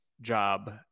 job